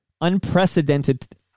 unprecedented